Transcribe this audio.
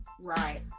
right